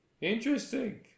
Interesting